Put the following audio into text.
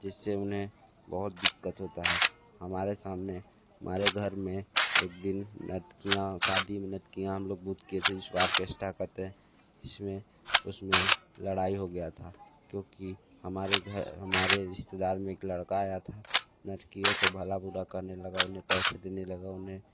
जिस से उन्हें बहुत दिक्कत होती है हमारे सामने हमारे घर में एक दिन नर्तकियां शादी में नर्तकियां हम लोग बुद के आर्केश्टा करते हैं जिस में उस में लड़ाई हो गया था क्योंकि हमारे घर हमारे रिश्तेदार में एक लड़का आया था नर्तकियों को भला बुरा कहने लगा उन्हें पैसे देने लगा उन्हें